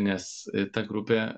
nes ta grupė